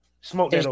Smoke